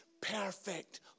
Perfect